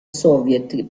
soviet